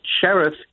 sheriff